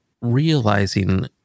realizing